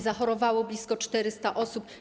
Zachorowało blisko 400 osób.